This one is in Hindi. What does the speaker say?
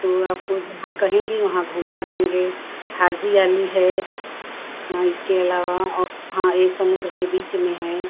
तो आपको जहाँ कहेंगी वहाँ घुमा देंगे हाजी अली है हाँ इसके अलावा औ हाँ यह समुद्र के बीच में है